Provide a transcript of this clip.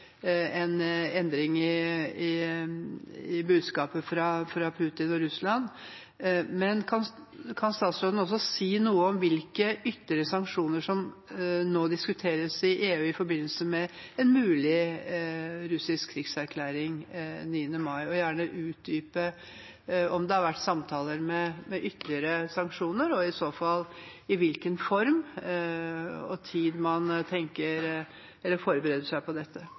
hvilke ytre sanksjoner som nå diskuteres i EU i forbindelse med en mulig russisk krigserklæring den 9. mai? Hun kan gjerne også utdype om det har vært samtaler om ytterligere sanksjoner, i så fall i hvilken form, og når man forbereder seg på dette.